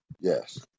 Yes